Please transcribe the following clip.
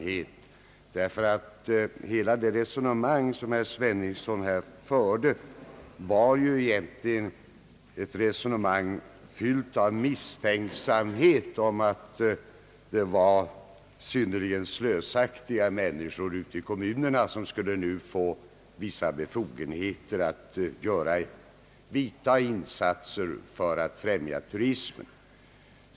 Hela hans resonemang här var fyllt av misstankar om att det är synnerligen slösaktiga människor ute i kommunerna, som nu skulle få vissa befogenheter att göra insatser för att främja turismen.